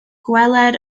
gweler